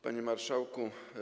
Panie Marszałku!